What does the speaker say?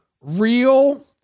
real